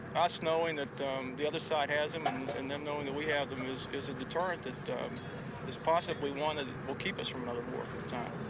us knowing that the other side has them and them knowing that we have them is is a deterrent that is possibly one that will keep us from another wartime.